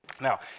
Now